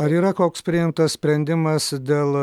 ar yra koks priimtas sprendimas dėl